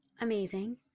Amazing